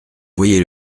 voyez